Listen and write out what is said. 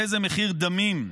איזה מחיר דמים,